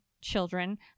children